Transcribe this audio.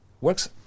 works